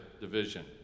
division